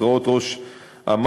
התרעות ראש אמ"ש,